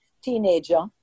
teenager